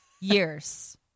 years